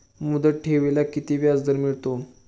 मुदत ठेवीला किती व्याजदर मिळतो?